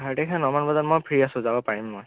এঘাৰ তাৰিখে নমান বজাত মই ফ্ৰী আছোঁ যাব পাৰিম মই